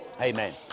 Amen